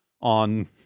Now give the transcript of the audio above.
on